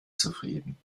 zufrieden